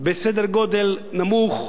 בסדר-גודל נמוך,